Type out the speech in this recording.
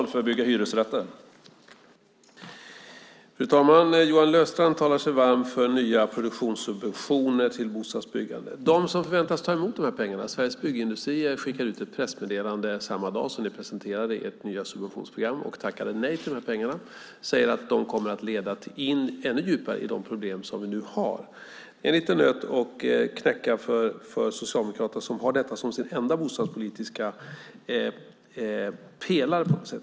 Fru talman! Johan Löfstrand talar sig varm för nya produktionssubventioner till bostadsbyggande. De som förväntas ta emot dessa pengar, Sveriges Byggindustrier, skickade ut ett pressmeddelande samma dag som ni presenterade ert nya subventionsprogram och tackade nej till pengarna. De menade att de kommer att leda ännu djupare in i de problem som vi nu har. Det är en liten nöt att knäcka för Socialdemokraterna, som har detta som sin enda bostadspolitiska pelare.